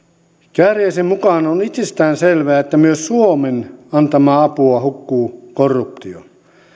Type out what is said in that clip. kääriäisen mukaan on itsestään selvää että myös suomen antamaa apua hukkuu korruptioon